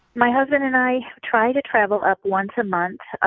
my husband and i try to travel up once a month,